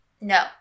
No